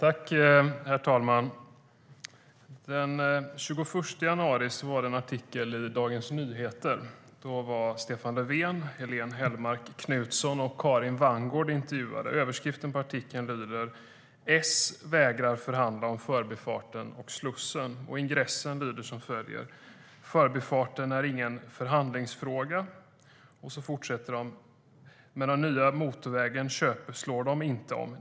Herr talman! Den 21 januari var det en artikel i Dagens Nyheter. Där var Stefan Löfven, Helene Hellmark Knutsson och Karin Wanngård intervjuade. Rubriken på artikeln lyder: S vägrar förhandla om Förbifarten och Slussen. Ingressen lyder som följer: Förbifarten är ingen förhandlingsfråga. Den nya motorvägen köpslår de inte om.